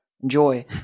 enjoy